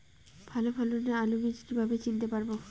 ভালো ফলনের আলু বীজ কীভাবে চিনতে পারবো?